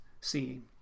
seeing